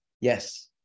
Yes